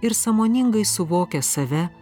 ir sąmoningai suvokia save